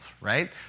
Right